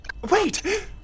Wait